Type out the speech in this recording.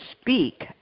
speak